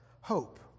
hope